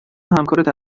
همکارت